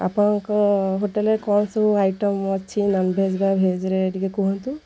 ଆପଣଙ୍କ ହୋଟେଲ୍ରେ କ'ଣ ସବୁ ଆଇଟମ୍ ଅଛି ନନ୍ଭେଜ୍ ବା ଭେଜ୍ରେ ଟିକେ କୁହନ୍ତୁ